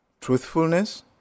truthfulness